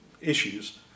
issues